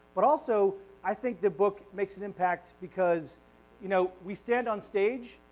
but also i think the book makes an impact because you know we stand on stage,